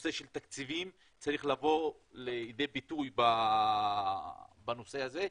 והנושא של תקציבים צריך לבוא לידי ביטוי בנושא הזה.